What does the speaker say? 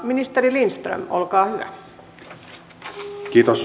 ministeri lindström olkaa hyvä